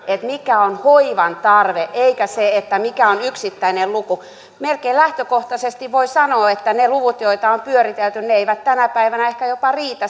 mikä on hoivan tarve eikä siitä mikä on yksittäinen luku melkein lähtökohtaisesti voi sanoa että ne luvut joita on pyöritelty eivät tänä päivänä ehkä jopa riitä